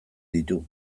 ditu